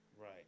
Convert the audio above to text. Right